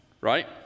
right